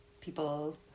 people